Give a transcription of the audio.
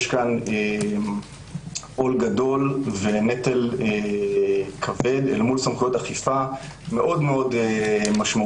יש פה עול גדול ונטל כבד אל מול סמכויות אכיפה מאוד משמעותיות.